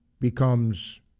becomes